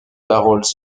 paroles